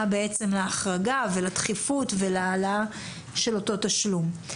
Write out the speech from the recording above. בעצם להחרגה ולדחיפות ולהעלאה של אותו תשלום.